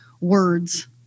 words